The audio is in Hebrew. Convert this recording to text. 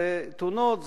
תאונות,